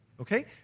okay